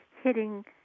hitting